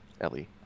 Ellie